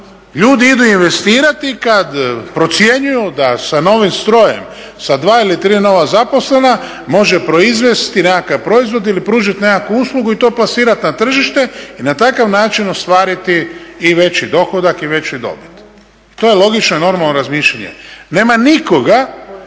Ljudi idu investirati kad procjenjuju da sa novim strojem, sa dva ili tri nova zaposlena može proizvesti nekakav proizvod ili pružiti nekakvu uslugu i to plasirati na tržište i na takav način ostvariti i veći dohodak i veću dobit. I to je logično normalno razmišljanje. Nema nikoga